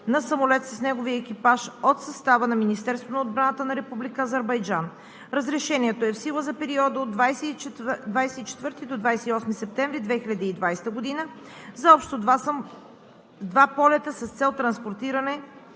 на самолет с неговия екипаж от състава на Министерството на отбраната на Република Азербайджан. Разрешението е в сила за периода от 24 до 28 септември 2020 г. за общо два полета с цел транспортиране